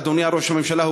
אדוני ראש הממשלה,